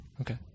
Okay